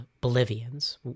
Bolivians